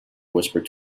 whispered